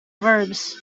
verbs